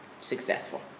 successful